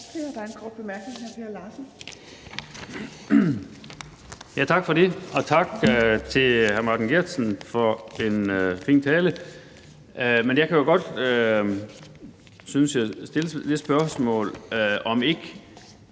Tak for det. Og tak til hr. Martin Geertsen for en fin tale. Men jeg kan jo godt, synes jeg, stille det spørgsmål, om ikke